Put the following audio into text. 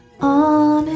on